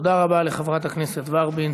תודה רבה לחברת הכנסת ורבין.